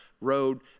road